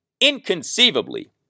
inconceivably